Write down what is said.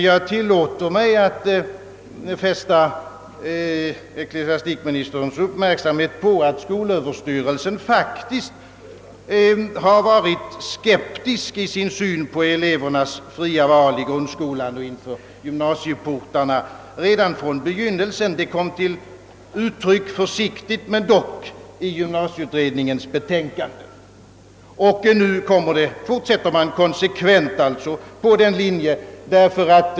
Jag tillåter mig dock att fästa ecklesiastikministerns uppmärksamhet på att Överstyrelsen faktiskt redan från början varit skeptisk i sin syn på elevernas fria val i grundskolan och inför gymnasieinträdet. Detta kom till uttryck — om än försiktigt — i gymnasieutredningens betänkande, och nu fortsätter man konsekvent på den linjen.